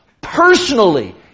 personally